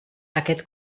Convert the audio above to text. aquest